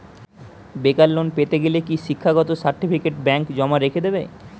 বেকার লোন পেতে গেলে কি শিক্ষাগত সার্টিফিকেট ব্যাঙ্ক জমা রেখে দেবে?